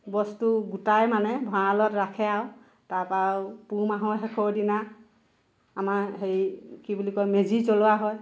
বস্তু গোটাই মানে ভঁৰালত ৰাখে আৰু তাৰ পৰা আৰু পুহ মাহৰ শেষৰ দিনা আমাৰ হেৰি কি বুলি কয় মেজি জ্বলোৱা হয়